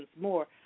more